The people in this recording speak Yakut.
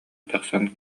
тахсан